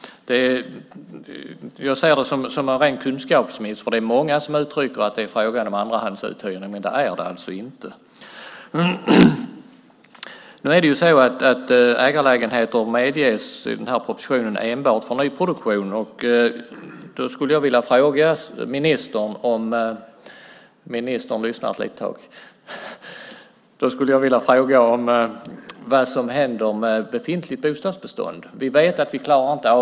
Jag ser det som en ren kunskapsmiss. Det är många som uttrycker att det är fråga om andrahandsuthyrning, men det är det alltså inte. Ägarlägenheter medges i propositionen enbart för nyproduktion. Jag vill fråga ministern vad som händer med befintligt bostadsbestånd.